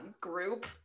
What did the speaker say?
group